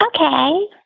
Okay